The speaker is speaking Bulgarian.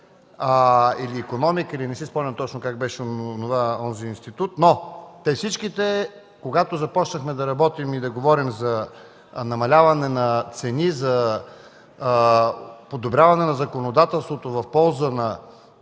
или „икономика”. Не си спомням точно как беше онзи институт. Всички те, когато започнахме да работим и да говорим за намаляване на цени, за подобряване на законодателството в полза на